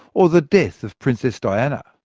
or the death of princess diana.